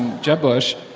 jeb bush.